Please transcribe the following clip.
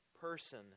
person